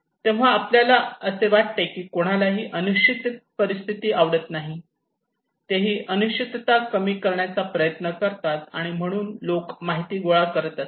तेव्हा आपल्याला असे वाटते की कुणालाही अनिश्चित परिस्थिती आवडत नाही ते ही अनिश्चितता कमी करण्याचा प्रयत्न करतात आणि म्हणून लोकं माहिती गोळा करत असतात